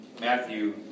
Matthew